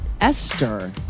Esther